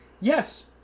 yes